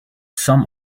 some